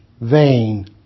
vain